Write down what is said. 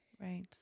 Right